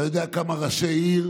אתה יודע כמה ראשי עיר